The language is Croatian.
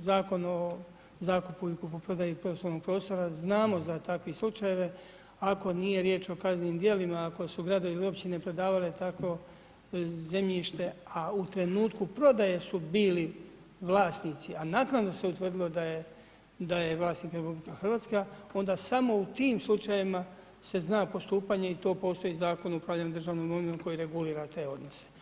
Zakon o zakupu i kupoprodaji poslovnog prostora, znamo za takve slučajeve, ako nije riječ o kaznenim djelima, ako su gradovi ili općine prodavale takvo zemljište a u trenutku prodaje su bili vlasnici a naknadno se utvrdilo da je vlasnik RH onda samo u tim slučajevima se zna postupanje i to postoji Zakon o upravljanjem državnom imovinom koji regulira te odnose.